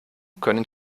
können